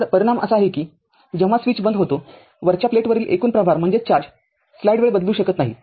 तर परिणाम असा आहे कि जेव्हा स्विच बंद होतोवरच्या प्लेटवरील एकूण प्रभार स्लाईड वेळ बदलू शकत नाही